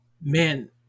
Man